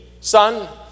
son